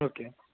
okay